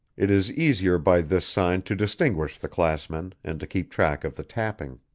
it is easier by this sign to distinguish the classmen, and to keep track of the tapping.